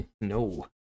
no